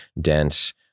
dense